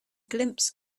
glimpse